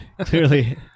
clearly